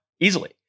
Easily